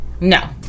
No